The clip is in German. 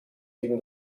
gegen